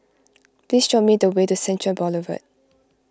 please show me the way to Central Boulevard